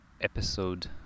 episode